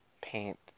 paint